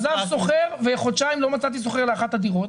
עזב שוכר וחודשיים לא מצאתי שוכר לאחת הדירות.